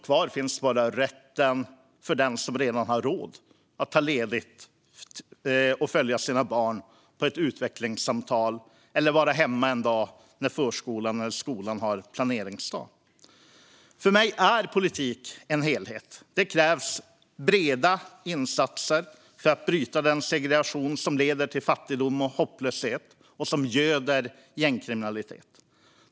Kvar finns bara rätten för den som redan har råd att ta ledigt för att följa med sina barn på ett utvecklingssamtal eller vara hemma en dag när förskolan eller skolan har planeringsdag. För mig är politik en helhet. Det krävs breda insatser för att bryta den segregation som leder till fattigdom och hopplöshet och som göder gängkriminalitet.